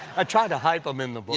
i try to hype him in the book.